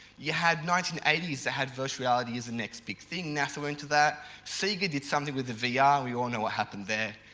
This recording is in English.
you had nineteen eighty s that had virtual reality as the next big thing. nasa went to that, sega did something with the vr and yeah ah we all know what happened there.